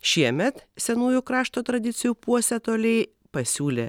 šiemet senųjų krašto tradicijų puoselėtojai pasiūlė